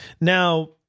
Now